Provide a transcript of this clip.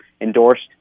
endorsed